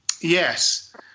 Yes